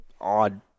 odd